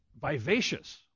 vivacious